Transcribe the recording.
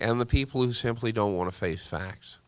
and the people who simply don't want to face facts